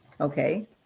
okay